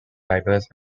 diverse